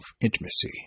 intimacy